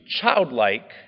childlike